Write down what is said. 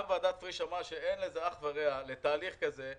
גם ועדת פריש אמרה שאין לזה אח ורע לתהליך כזה,